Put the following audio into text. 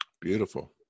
Beautiful